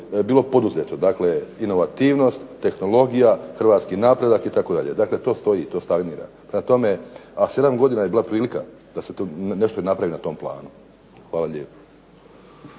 bilo poduzeto. Dakle, inovativnost, tehnologija, hrvatski napredak. Dakle to stoji, to stagnira. Prema tome, a 7 godina je bila prilika da se napravi nešto i na tom planu. Hvala lijepo.